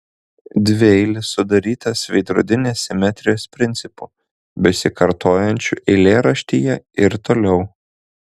dvieilis sudarytas veidrodinės simetrijos principu besikartojančiu eilėraštyje ir toliau